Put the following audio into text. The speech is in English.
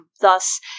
thus